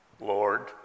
Lord